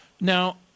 Now